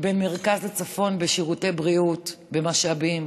בין מרכז לצפון בשירותי בריאות, במשאבים,